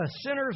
sinners